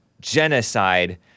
genocide